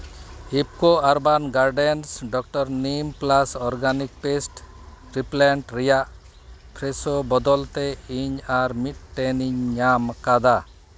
IFFCO urban gardens doctor neem plus organic pest repellent ᱨᱮᱭᱟᱜ ᱯᱷᱨᱮᱥᱚ ᱵᱚᱫᱚᱞ ᱛᱮ ᱤᱧ ᱟᱨ ᱢᱤᱫᱴᱮᱱ ᱤᱧ ᱧᱟᱢ ᱟᱠᱟᱫᱟ